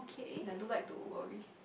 ye I don't like to worry